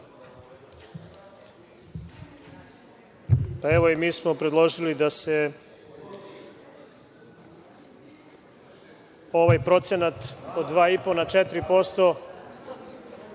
Evo i mi smo predložili da se ovaj procenat od 2,5% na 4%